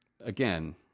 again